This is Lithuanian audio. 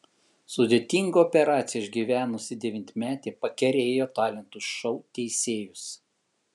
sudėtingą operaciją išgyvenusi devynmetė pakerėjo talentų šou teisėjus